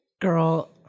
Girl